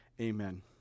Amen